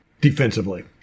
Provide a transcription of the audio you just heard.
defensively